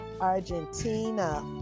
Argentina